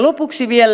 lopuksi vielä